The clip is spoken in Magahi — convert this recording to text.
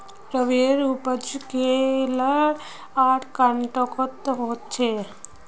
रबरेर उपज केरल आर कर्नाटकोत होछे